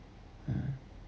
uh